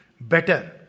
better